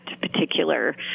particular